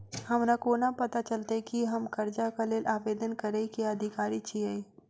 हमरा कोना पता चलतै की हम करजाक लेल आवेदन करै केँ अधिकारी छियै?